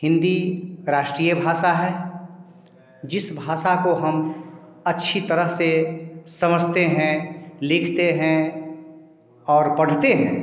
हिंदी राष्ट्रीय भाषा है जिस भाषा को हम अच्छी तरह से समझते हैं लिखते हैं और पढ़ते हैं